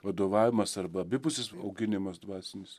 vadovavimas arba abipusis auginimas dvasinis